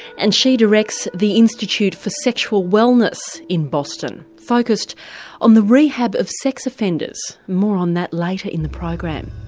and she directs the institute for sexual wellness in boston focused on the rehab of sex offenders. more on that later in the program.